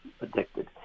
addicted